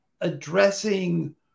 addressing